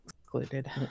excluded